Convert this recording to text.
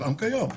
גם כיום,